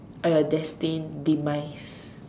or you destined demise